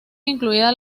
incluía